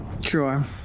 Sure